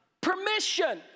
permission